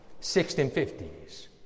1650s